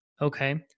Okay